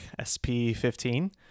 sp15